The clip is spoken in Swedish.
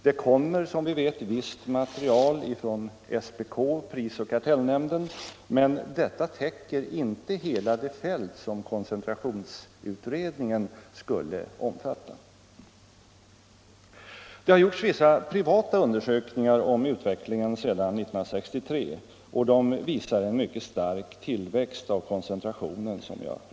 Det kommer, som vi vet, visst material från SPK men detta täcker inte hela det fält som koncentrationsutredningen skulle omfatta. Vissa privata undersökningar har gjorts av utvecklingen sedan 1963 och de visar, som jag redan framhållit, en mycket stark tillväxt av koncentrationen.